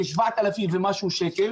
כ-7,000 ומשהו שקל